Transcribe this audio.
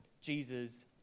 Jesus